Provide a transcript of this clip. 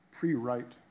pre-write